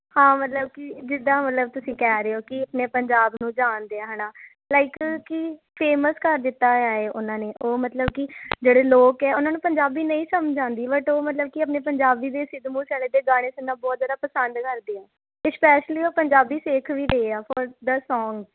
ਹਾਂ ਮਤਲਬ ਕਿ ਜਿੱਦਾਂ ਮਤਲਬ ਤੁਸੀਂ ਕਹਿ ਰਹੇ ਹੋ ਕਿ ਆਪਣੇ ਪੰਜਾਬ ਨੂੰ ਜਾਣਦੇ ਹਾਂ ਹੈ ਨਾ ਲਾਈਕ ਕਿ ਫੇਮਸ ਕਰ ਦਿੱਤਾ ਹੋਇਆ ਏ ਉਹਨਾਂ ਨੇ ਉਹ ਮਤਲਬ ਕਿ ਜਿਹੜੇ ਲੋਕ ਆ ਉਹਨਾਂ ਨੂੰ ਪੰਜਾਬੀ ਨਹੀਂ ਸਮਝ ਆਉਂਦੀ ਬਟ ਉਹ ਮਤਲਬ ਕਿ ਆਪਣੇ ਪੰਜਾਬੀ ਦੇ ਸਿੱਧੂ ਮੂਸੇਆਲੇ ਦੇ ਗਾਣੇ ਸੁਣਨਾ ਬਹੁਤ ਜ਼ਿਆਦਾ ਪਸੰਦ ਕਰਦੇ ਆ ਅਤੇ ਸਪੈਸ਼ਲੀ ਉਹ ਪੰਜਾਬੀ ਸਿੱਖ ਵੀ ਗਏ ਆ ਫੋਰ ਦਾ ਸੌਂਗ